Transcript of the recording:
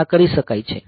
આ કરી શકાય છે